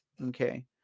okay